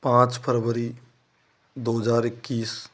पाँच फरवरी दो हज़ार इक्कीस